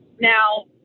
now